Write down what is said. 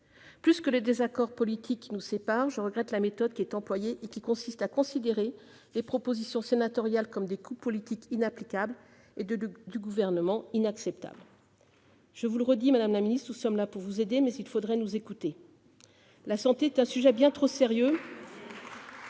Plus que le désaccord politique qui nous sépare, je regrette la méthode qui est employée et qui consiste à considérer les propositions sénatoriales comme des coups politiques inapplicables et, de l'avis du Gouvernement, inacceptables. Je vous le redis, madame la ministre, nous sommes là pour vous aider, mais il faudrait nous écouter. La santé est un sujet bien trop sérieux